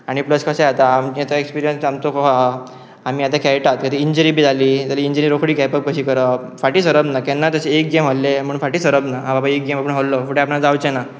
आनी प्लस कशे जाता आमचे तो एक्सपिरियंस आमचो आहा आमी आतां खेळटात इंजरी बी जाली जाल्या इंजरी रोकडी खेळप कशी करप फाटीं सरप ना केन्ना तशें एक गेम आसली म्हणू फाटी सरप ना एक गेम आपण हरलो फुडें आपण जावचे ना